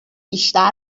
بیشتر